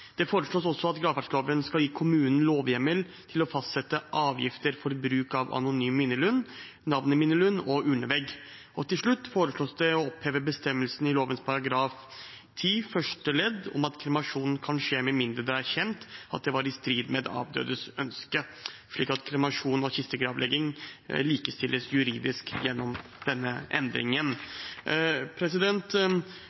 Det foreslås også at gravferdsloven skal gi kommunen lovhjemmel til å fastsette avgifter for bruk av anonym minnelund, navnet minnelund og urnevegg. Til slutt foreslås det å oppheve bestemmelsen i lovens § 10, første ledd, om at kremasjon «kan skje med mindre det er kjent at det var i strid med avdødes ønske», slik at kremasjon og kistegravlegging likestilles juridisk gjennom denne